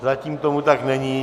Zatím tomu tak není.